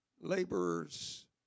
Laborers